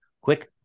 quick